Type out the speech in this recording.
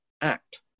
act